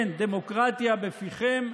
דמוקרטיה בפיכם?